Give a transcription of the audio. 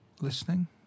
listening